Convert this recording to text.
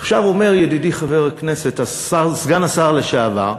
עכשיו אומר ידידי חבר הכנסת סגן השר לשעבר,